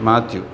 matthew